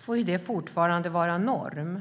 får det fortfarande vara norm.